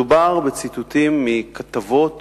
מדובר בציטוטים מכתבות